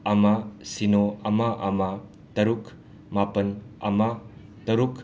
ꯑꯃ ꯁꯤꯅꯣ ꯑꯃ ꯑꯃ ꯇꯔꯨꯛ ꯃꯥꯄꯟ ꯑꯃ ꯇꯔꯨꯛ